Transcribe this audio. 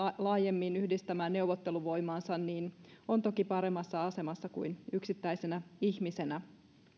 laajemmin yhdistämään neuvotteluvoimaansa niin on toki paremmassa asemassa kuin yksittäisenä ihmisenä